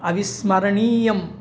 अविस्मरणीयम्